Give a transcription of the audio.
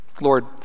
Lord